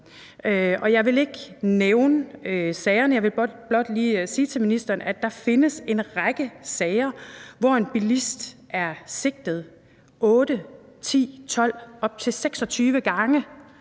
Jeg vil ikke nævne sagerne, men jeg vil blot lige sige til ministeren, at der findes en række sager, hvor en bilist er sigtet 8, 10, 12 op til 26 gange